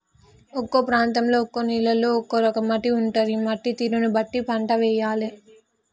ఒక్కో ప్రాంతంలో ఒక్కో నేలలో ఒక్కో రకం మట్టి ఉంటది, మట్టి తీరును బట్టి పంట వేయాలే